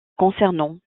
concernant